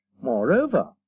Moreover